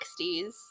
60s